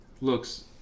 looks